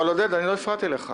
עודד, לא הפרעתי לך.